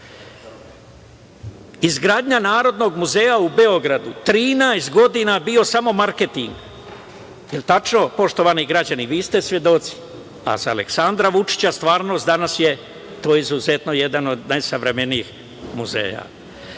izgradnja Narodnog muzeja u Beogradu 13 godina bio samo marketing, jel tačno, poštovani građani, vi ste svedoci, a za Aleksandra Vučića stvarnost. Danas je to izuzetno jedan od najsavremenijih muzeja. Tako